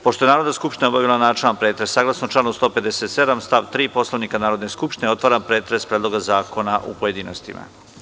Pošto je Narodna skupština obavila načelni pretres, saglasno članu 157. stav 3. Poslovnika Narodne skupštine, otvaram pretres Predloga zakona u pojedinostima.